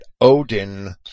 Odin